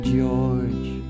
George